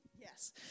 Yes